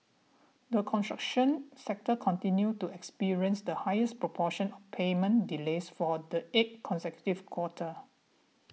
the construction sector continues to experience the highest proportion of payment delays for the eighth consecutive quarter